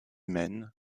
maine